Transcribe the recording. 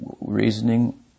Reasoning